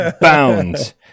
bound